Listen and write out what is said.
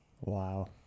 Wow